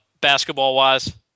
basketball-wise